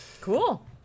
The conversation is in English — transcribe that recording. Cool